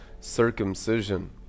circumcision